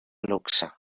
luxe